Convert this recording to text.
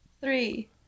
Three